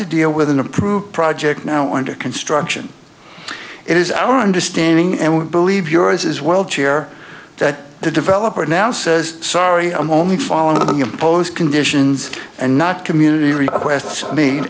to deal with an approved project now under construction it is our understanding and we believe yours as well chair that the developer now says sorry i'm only following the impose conditions and not community